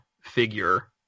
figure